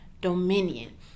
dominion